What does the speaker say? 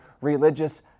religious